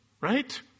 right